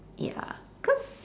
ya cause